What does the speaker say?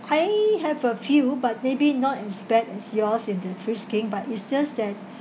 I have a few but maybe not as bad as yours in the frisking but it's just that